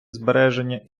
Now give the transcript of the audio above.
збереження